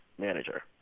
manager